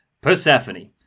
Persephone